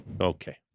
Okay